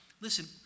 listen